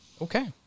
Okay